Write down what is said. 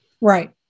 right